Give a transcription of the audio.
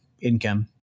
income